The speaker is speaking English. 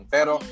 Pero